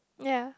ya